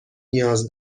نیاز